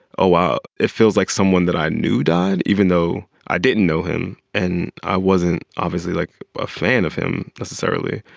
oh, um ah it feels like someone that i knew died even though i didn't know him. and i wasn't obviously like a fan of him necessarily.